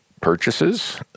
Purchases